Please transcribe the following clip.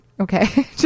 Okay